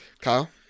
Kyle